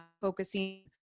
focusing